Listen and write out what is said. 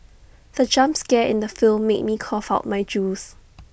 the jump scare in the film made me cough out my juice